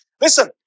Listen